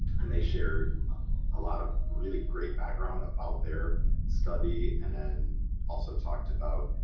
and they shared a lot of really great background about their study and then also talked about